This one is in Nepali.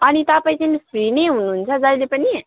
अनि तपाईँ चाहिँ फ्री नै हुनुहुन्छ जहिले पनि